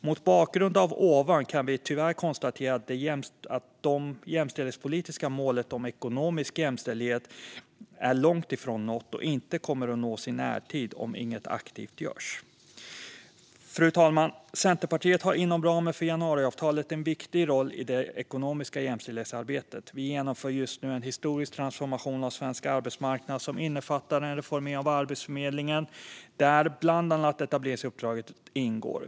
Mot bakgrund av det som jag har sagt kan vi tyvärr konstatera att det jämställdhetspolitiska målet om ekonomisk jämställdhet är långt ifrån nått och inte kommer att nås i närtid om inget aktivt görs. Fru talman! Centerpartiet har inom ramen för januariavtalet en viktig roll i det ekonomiska jämställdhetsarbetet. Vi genomför just nu en historisk transformation av svensk arbetsmarknad som innefattar en reformering av Arbetsförmedlingen, där bland annat etableringsuppdraget ingår.